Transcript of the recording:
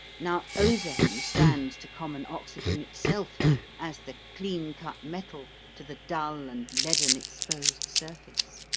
now, ozone stands to common oxygen itself as the clean-cut metal to the dull and leaden exposed surface.